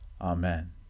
Amen